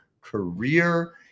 career